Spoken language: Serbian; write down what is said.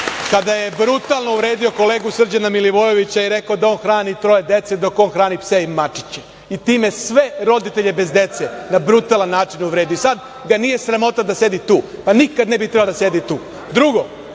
kad je brutalno uvredio kolegu Srđana Milivojevića i rekao da on hrani troje dece, dok on hrani pse i mačiće i time sve roditelje bez dece na brutalan način uvredio i sada ga nije sramota da sedi. Pa, nikad ne bi trebalo da sedi tu. Drugo,